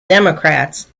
democrats